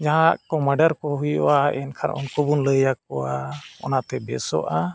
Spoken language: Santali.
ᱡᱟᱦᱟᱱᱟᱜ ᱠᱚ ᱢᱟᱰᱮᱨ ᱠᱚ ᱦᱩᱭᱩᱜᱼᱟ ᱮᱱᱠᱷᱟᱱ ᱩᱱᱠᱩ ᱵᱚᱱ ᱞᱟᱹᱭ ᱟᱠᱚᱣᱟ ᱚᱱᱟᱛᱮ ᱵᱮᱥᱚᱜᱼᱟ